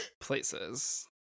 places